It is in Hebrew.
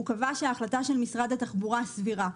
הוא קבע שההחלטה של משרד התחבורה סבירה.